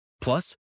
Plus